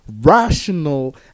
rational